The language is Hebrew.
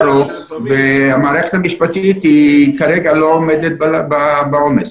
והמערכת המשפטית כרגע לא עומדת בעומס.